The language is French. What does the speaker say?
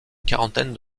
quarantaine